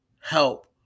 help